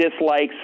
dislikes